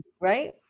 Right